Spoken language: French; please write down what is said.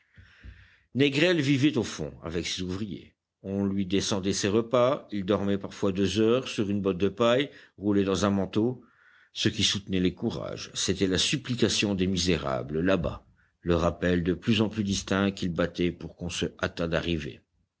négrel vivait au fond avec ses ouvriers on lui descendait ses repas il dormait parfois deux heures sur une botte de paille roulé dans un manteau ce qui soutenait les courages c'était la supplication des misérables là-bas le rappel de plus en plus distinct qu'ils battaient pour qu'on se hâtât d'arriver